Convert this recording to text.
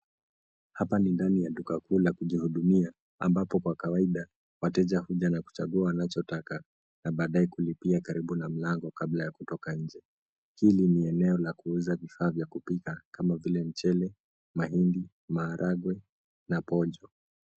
Ndani, kuna eneo la kula la pamoja. Hapa, wateja huja na kuagiza chakula na kinywaji. Kuna pia benki ya kuhifadhi vyakula karibu na mlango kabla ya kuanza kazi. Hili ni eneo linalohusisha chakula cha kama vile mcele mahindi na pojo